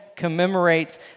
commemorates